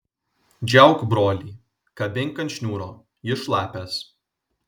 džiauk brolį kabink ant šniūro jis šlapias